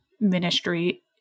ministry